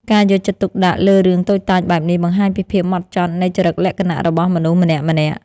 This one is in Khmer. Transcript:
ការយកចិត្តទុកដាក់លើរឿងតូចតាចបែបនេះបង្ហាញពីភាពហ្មត់ចត់នៃចរិតលក្ខណៈរបស់មនុស្សម្នាក់ៗ។